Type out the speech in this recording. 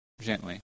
gently